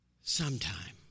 Sometime